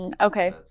okay